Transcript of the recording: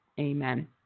Amen